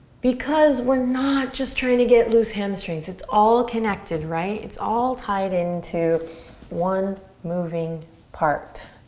because we're not just trying to get loose hamstrings. it's all connected, right? it's all tied in to one moving part.